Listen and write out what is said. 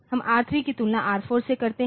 हम R3 की तुलना R4 से करते हैं